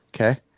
Okay